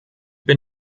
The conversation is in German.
bin